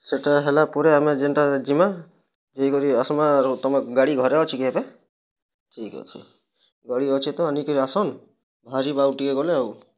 ସେଇଟା ହେଲା ପରେ ଆମେ ଯେନ୍ଟା ଯିମା ଯାଇ କରି ଆସିବା ତମ ଗାଡ଼ି ଘରେ ଅଛି କି ଏବେ ଠିକ୍ ଅଛି ଗାଡ଼ି ଅଛି ତ ନେଇକିରି ଆସନ୍ ବାହାରିବୁ ଆଉ ଟିକେ ଗଲେ ଆଉ